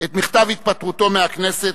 את מכתב התפטרותו מהכנסת,